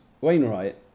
Wainwright